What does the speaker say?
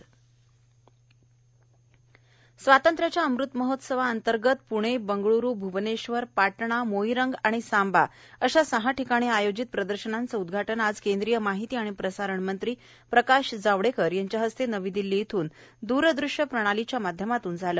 प्रकाश जावडेकर गडकरी स्वातंत्र्याच्या अमृत महोत्सवा अंतर्गत प्णे बंगळूरू भूवनेश्वर पाटणा मोईरंग आणि सांबा अशा सहा ठिकाणी आयोजित प्रदर्शनांचं उद्घाटन आज केंद्रीय माहिती आणि प्रसारण मंत्री प्रकाश जावडेकर यांच्या हस्ते नवी दिल्ली इथून द्रदृश्यप्रणालीच्या माध्यमातून झालं